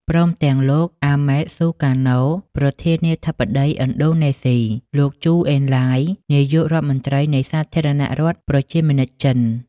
ព្រមទាំង លោក អាម៉េត ស៊ូការណូ ប្រធានាធិបតីឥណ្ឌូណេស៊ី លោក ជូ អេនឡាយ នាយករដ្ឋមន្រ្តីនៃសាធារណរដ្ឋប្រជាមានិតចិន។